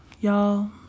y'all